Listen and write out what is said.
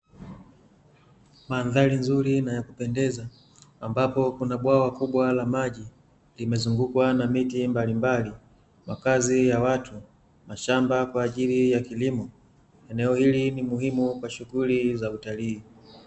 Mandhari nzuri na ya kupendeza, ambapo kuna bwawa kubwa la maji limezungukwa na miti mbalimbali, makazi ya watu, mashamba kwaajili ya kilimo. Eneo hili ni muhimu kwa shughuli za utalii.